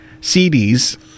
CDs